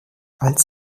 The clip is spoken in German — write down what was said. als